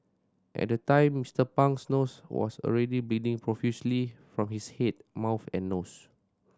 at the time Mister Pang's nose was already bleeding profusely from his head mouth and nose